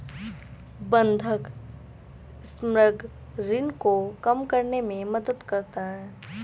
बंधक समग्र ऋण को कम करने में मदद करता है